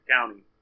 County